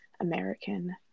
American